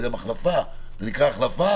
זה נקרא החלפה,